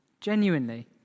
genuinely